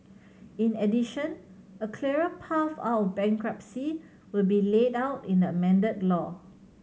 in addition a clearer path out bankruptcy will be laid out in the amended law